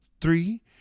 three